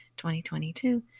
2022